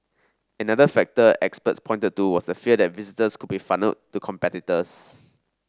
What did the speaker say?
another factor experts pointed to was the fear that visitors could be funnelled to competitors